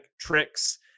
tricks